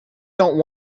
dont